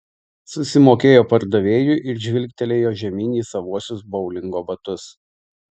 susimokėjo pardavėjui ir žvilgtelėjo žemyn į savuosius boulingo batus